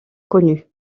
connue